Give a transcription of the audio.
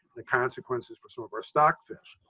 the consequences for some of our stock fish.